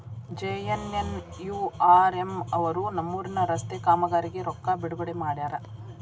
JNNURM ಅವರು ನಮ್ಮೂರಿನ ರಸ್ತೆ ಕಾಮಗಾರಿಗೆ ರೊಕ್ಕಾ ಬಿಡುಗಡೆ ಮಾಡ್ಯಾರ